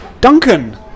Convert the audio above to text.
Duncan